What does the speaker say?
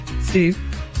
Steve